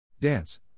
Dance